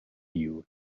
you